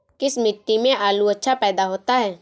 किस मिट्टी में आलू अच्छा पैदा होता है?